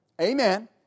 Amen